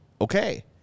okay